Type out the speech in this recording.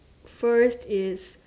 first is